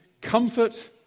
comfort